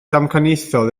damcaniaethol